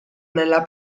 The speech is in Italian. nella